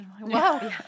Wow